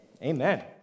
Amen